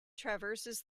traverses